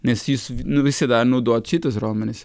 nes jūs nu visi dar naudojat šitus raumenis